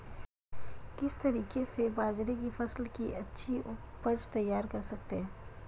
किस तरीके से बाजरे की फसल की अच्छी उपज तैयार कर सकते हैं?